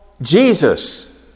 Jesus